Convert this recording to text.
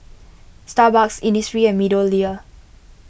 Starbucks Innisfree and MeadowLea